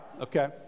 okay